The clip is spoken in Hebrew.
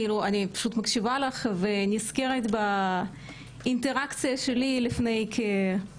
אני מקשיבה לך ונזכרת באינטראקציה שלי לפני יותר מעשור.